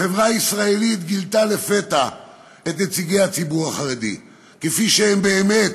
החברה הישראלית גילתה לפתע את נציגי הציבור החרדי כפי שהם באמת,